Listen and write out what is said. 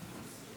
35),